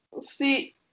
See